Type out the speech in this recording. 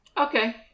Okay